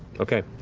okay.